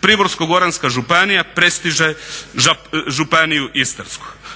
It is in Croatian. Primorsko-goranska županije prestiže Županiju Istarsku.